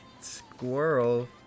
squirrel